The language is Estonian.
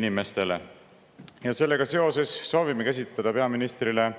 inimestele. Sellega seoses soovime esitada peaministrile